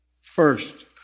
First